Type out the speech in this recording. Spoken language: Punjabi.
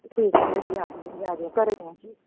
ਠੀਕ ਹੈ ਭੈਣ ਜੀ ਆ ਜਿਓ ਆ ਜਿਓ ਘਰੇ ਹੀ ਹਾਂ ਜੀ